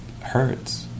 hurts